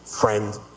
friend